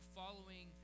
following